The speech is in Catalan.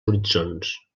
horitzons